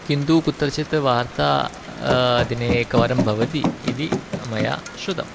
किन्तु कुत्रचित् वार्ता दिने एकवारं भवति इति मया श्रुतम्